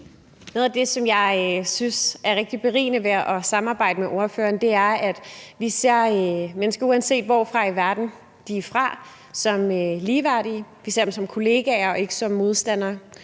som jeg synes er rigtig berigende ved at samarbejde med ordføreren, er, at vi ser mennesker, uanset hvor i verden de er fra, som ligeværdige; vi ser dem som kollegaer og ikke som modstandere.